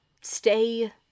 stay